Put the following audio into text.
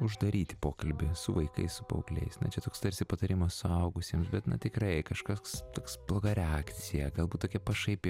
uždaryti pokalbį su vaikais su paaugliais na čia toks tarsi patarimas suaugusiems bet na tikrai kažkoks toks bloga reakcija galbūt tokia pašaipi